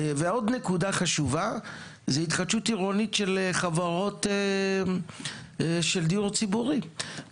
עוד נקודה חשובה זה התחדשות עירונית של חברות של דיור ציבורי.